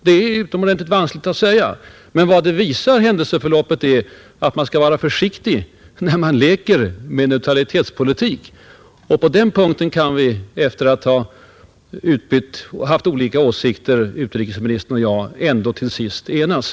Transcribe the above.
Det är vanskligt att säga. Men vad händelseförloppet visar är att man skall vara försiktig när man leker med neutralitetspolitik. På den punkten kan utrikesministern och jag, trots olika åsikter i andra hänseenden, ändå till sist enas.